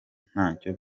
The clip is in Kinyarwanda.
ntacyo